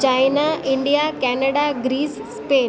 China India Canada Greece Spain